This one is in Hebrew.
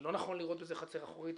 שלא נכון לראות בזה חצר אחורית.